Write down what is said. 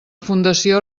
fundació